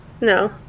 No